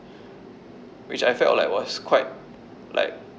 which I felt like was quite like